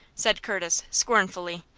said curtis, scornfully.